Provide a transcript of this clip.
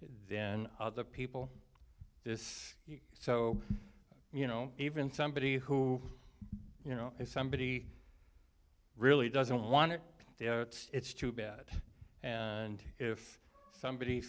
then other people is so you know even somebody who you know if somebody really doesn't want it you know it's too bad and if somebody